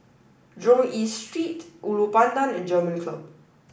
Jurong East Street Ulu Pandan and German Club